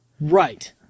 Right